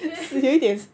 then